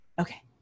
Okay